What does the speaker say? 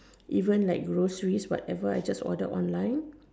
even like groceries whatever I just order online